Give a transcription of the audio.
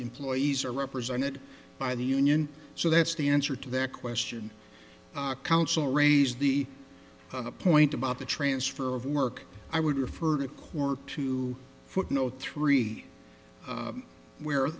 employees are represented by the union so that's the answer to that question council raised the point about the transfer of work i would refer to quirk to footnote three where